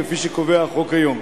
כפי שקובע החוק היום.